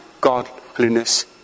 godliness